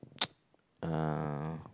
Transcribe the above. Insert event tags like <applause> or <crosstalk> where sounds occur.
<noise> uh